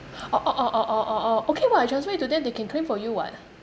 orh orh orh orh orh orh okay [what] transfer it to them they can claim for you [what]